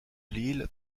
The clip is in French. lille